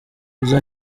izo